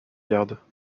gardes